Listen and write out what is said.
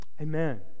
Amen